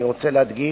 אני רוצה להדגיש,